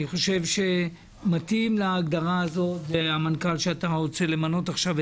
אני חושב שמתאים להגדרה הזאת המנכ"ל שאתה רוצה למנות עכשיו,